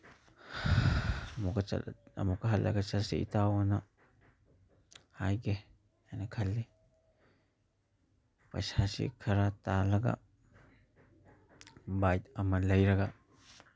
ꯑꯃꯨꯛꯀ ꯍꯜꯂꯒ ꯆꯠꯁꯤ ꯏꯇꯥꯎ ꯑꯅ ꯍꯥꯏꯒꯦꯑꯅ ꯈꯜꯂꯤ ꯄꯩꯁꯥꯁꯤ ꯈꯔ ꯇꯥꯜꯂꯒ ꯕꯥꯏꯛ ꯑꯃ ꯂꯩꯔꯒ